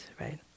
right